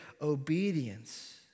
obedience